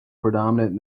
predominant